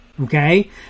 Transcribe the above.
Okay